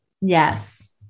Yes